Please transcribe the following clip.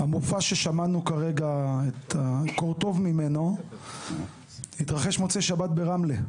המופע ששמענו כרגע קורטוב ממנו התרחש במוצאי שבת ברמלה,